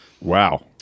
Wow